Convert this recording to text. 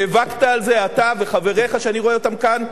נאבקת על זה, אתה וחבריך, שאני רואה אותם כאן.